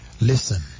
Listen